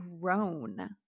grown